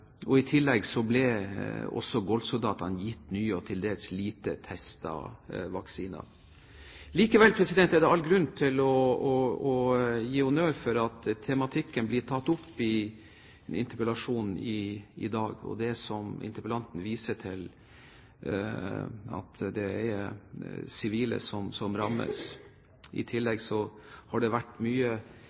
I tillegg ble Golf-soldatene gitt nye og til dels også lite testede vaksiner. Likevel er det all grunn til å gi honnør for at tematikken blir tatt opp i interpellasjonen i dag, og for at interpellanten viser til at det er sivile som rammes. I tillegg har